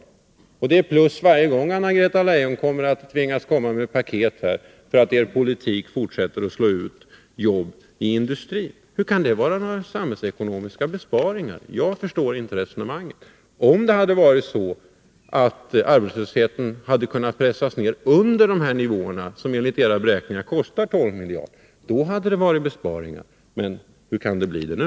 Till det kommer varje paket som Anna-Greta Leijon tvingas lägga fram därför att er politik fortsätter att slå ut jobb inom industrin. Hur kan det vara samhällsekonomiska besparingar? Jag förstår inte resonemanget. Om arbetslösheten hade kunnat pressas ner under de nivåer som det enligt era beräkningar kostar 12 miljarder att nå hade det uppstått besparingar, men hur kan det bli det nu?